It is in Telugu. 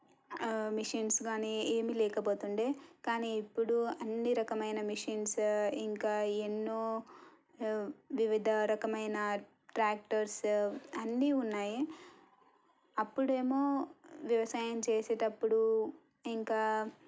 మెషీన్స్ కానీ ఏమీ లేకపోతుండే కానీ ఇప్పుడు అన్నీ రకమైన మెషీన్స్ ఇంకా ఎన్నో వివిధ రకమైన ట్రాక్టర్స్ అన్నీ ఉన్నాయి అప్పుడేమో వ్యవసాయం చేసేటప్పుడు ఇంకా